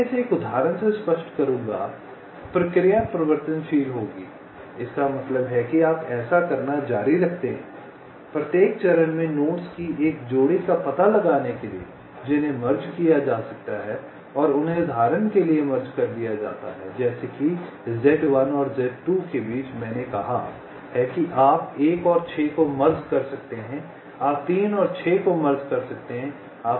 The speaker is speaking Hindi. अब मैं इसे एक उदाहरण से स्पष्ट करूंगा प्रक्रिया परिवर्तनशील होगी इसका मतलब है कि आप ऐसा करना जारी रखते हैं प्रत्येक चरण में नोड्स की एक जोड़ी का पता लगाने के लिए जिन्हें मर्ज किया जा सकता है और उन्हें उदाहरण के लिए मर्ज कर दिया जाता है जैसे कि Z1 और Z2 के बीच मैंने कहा है कि आप 1 और 6 को मर्ज कर सकते हैं आप 3 और 6 को मर्ज कर सकते हैं